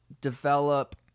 develop